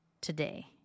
today